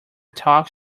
talk